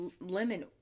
lemon